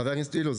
חבר הכנסת אילוז,